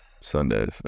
Sundays